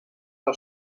del